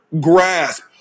grasp